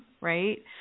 right